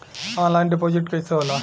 Online deposit कैसे होला?